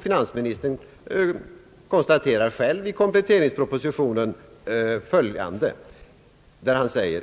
Finansministern konstaterar själv i kompletteringspropositionen: